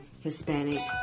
Hispanic